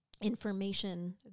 information